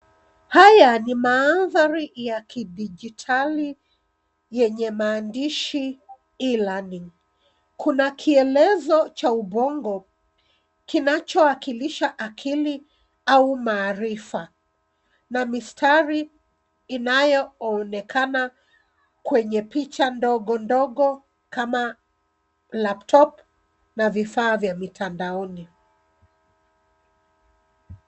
Haya ni mandhari ya kidijitali yenye maandishi e_learning . Kuna kielezo cha ubongo kinachowakiisha akili au maarifa na mistari inayoonekana kwenye picha ndogo ndogo kama laptop na vifaa vya mitandaoni.